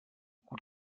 gut